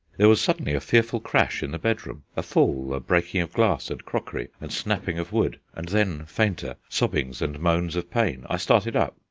there was suddenly a fearful crash in the bedroom, a fall, a breaking of glass and crockery and snapping of wood, and then, fainter, sobbings and moans of pain. i started up.